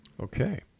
Okay